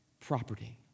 property